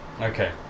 Okay